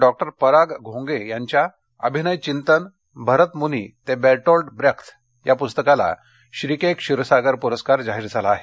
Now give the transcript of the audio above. डॉ पराग घोंगे यांच्या अभिनय चिंतन भरतमूनी ते बेटोल्ट ब्रेख्त या पुस्तकाला श्री के क्षीरसागर पुरस्कार जाहीर झाला आहे